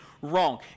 wrong